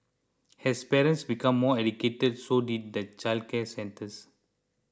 as parents became more educated so did the childcare centres